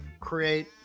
create